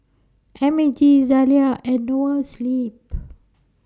M A G Zalia and Noa Sleep